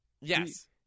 Yes